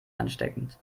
ansteckend